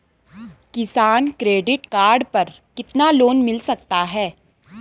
किसान credit card पर कितना लोंन मिल सकता है?